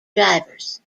drivers